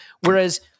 Whereas